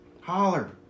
holler